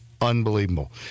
Unbelievable